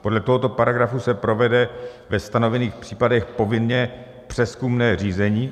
Podle tohoto paragrafu se provede ve stanovených případech povinně přezkumné řízení.